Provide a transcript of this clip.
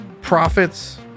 Profits